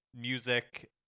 music